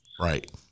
Right